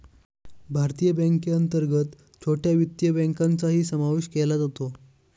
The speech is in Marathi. भारतीय बँकेअंतर्गत छोट्या वित्तीय बँकांचाही समावेश केला जातो